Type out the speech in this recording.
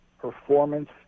performance